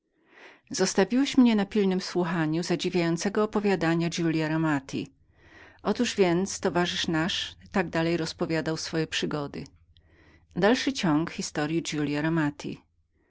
zostawiłeś mnie całemi siłami przysłuchującego się zadziwiającemu opowiadaniu giulia romati owóż więc towarzysz nasz tak dalej jął rozpowiadać swoje przygody